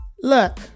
Look